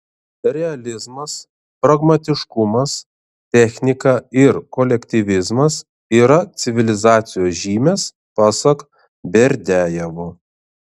realizmas pragmatiškumas technika ir kolektyvizmas yra civilizacijos žymės pasak berdiajevo